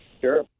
Sure